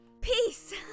Peace